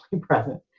present